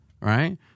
Right